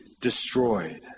destroyed